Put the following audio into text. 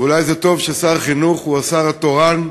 אולי זה טוב ששר החינוך הוא השר התורן,